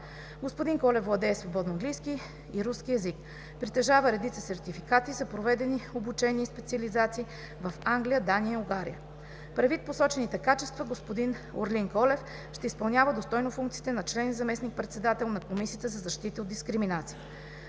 Господин Колев владее свободно английски и руски език, притежава редица сертификати за проведени обучения и специализации в Англия, Дания и Унгария. Предвид посочените качества, Орлин Колев ще изпълнява достойно функциите на член и заместник-председател на Комисията за защита от дискриминацията.